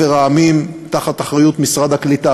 המדינות תחת אחריות משרד העלייה והקליטה,